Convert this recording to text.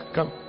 Come